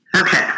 Okay